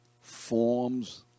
forms